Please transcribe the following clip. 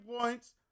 points